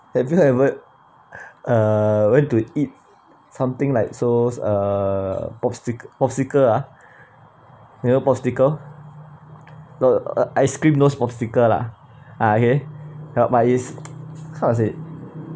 have you ever uh went to eat something like so uh popsi~ popsicle ah you know popsicle no uh ice cream those popsicle lah ah okay but it's how to say